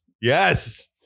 Yes